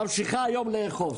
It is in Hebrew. ממשיכה היום לאכוף.